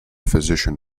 physician